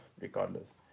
regardless